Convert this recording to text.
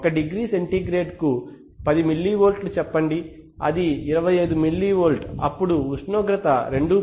ఒక డిగ్రీ సెంటీగ్రేడ్కు 10 మిల్లు వోల్ట్లు చెప్పండి అది 25 మిల్లీ వోల్ట్ అప్పుడు ఉష్ణోగ్రత 2